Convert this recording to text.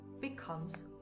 becomes